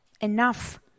enough